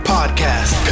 Podcast